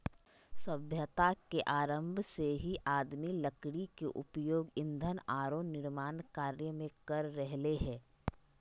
सभ्यता के आरंभ से ही आदमी लकड़ी के उपयोग ईंधन आरो निर्माण कार्य में कर रहले हें